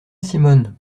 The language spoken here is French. simone